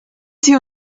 sie